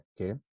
Okay